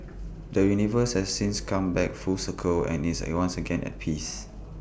the universe has since come back full circle and is once again at peace